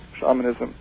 shamanism